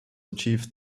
achieved